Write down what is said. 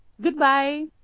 Goodbye